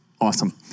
awesome